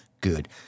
good